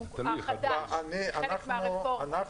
כחלק מהרפורמה.